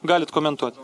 galit komentuot